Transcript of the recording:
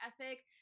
ethic